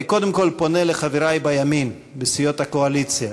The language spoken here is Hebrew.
אני קודם כול פונה לחברי בימין, בסיעות הקואליציה,